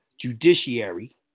judiciary